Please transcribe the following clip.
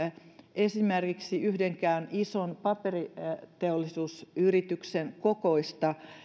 esimerkiksi yhdenkään ison paperiteollisuusyrityksen kokoista